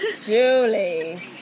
Julie